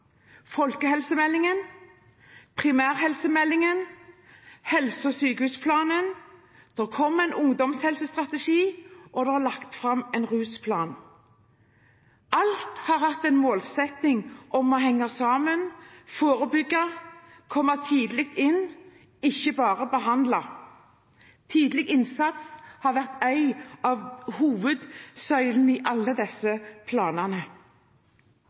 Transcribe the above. folkehelsemeldingen, primærhelsemeldingen, helse- og sykehusplanen, det kommer en ungdomshelsestrategi, og det er lagt fram en rusplan. Alt har hatt en målsetting om å henge sammen, forebygge, komme tidlig inn, ikke bare behandle. Tidlig innsats har vært en av hovedsøylene i alle disse planene.